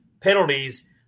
penalties